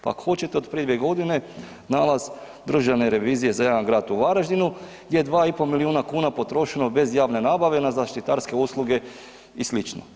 Pa ako hoćete od prije 2 godine nalaz Državne revizije za jedan grad u Varaždinu gdje je 2 i pol milijuna kuna potrošeno bez javne nabave na zaštitarske usluge i sl.